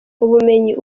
ubumenyi